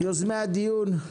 יוזמי הדיון,